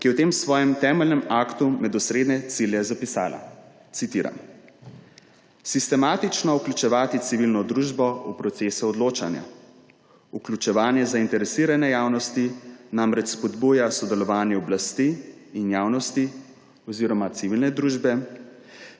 ki je v tem svojem temeljnem aktu med osrednje cilje zapisala, citiram, »sistematično vključevati civilno družbo v procese odločanja, vključevanje zainteresirane javnosti namreč spodbuja sodelovanje oblasti in javnosti oziroma civilne družbe,